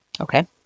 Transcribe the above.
Okay